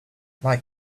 like